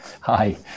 Hi